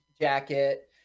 jacket